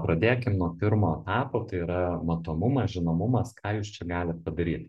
pradėkim nuo pirmo etapo tai yra matomumas žinomumas ką jūs čia galit padaryt